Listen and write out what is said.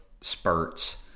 spurts